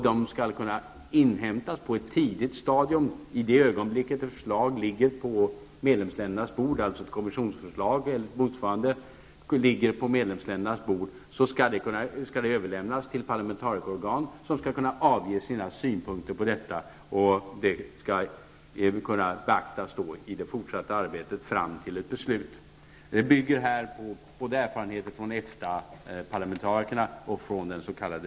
Dess skall kunna inhämtas på ett tidigt stadium. I det ögonblick då ett kommissionsförslag eller motsvarande ligger på medlemsländernas bord skall det överlämnas till parlamentarikerorganet, som skall kunna ge sina synpunkter på detta. Dessa skall kunna beaktas i det fortsatta arbetet fram till beslut. Här bygger vi på erfarenheter från både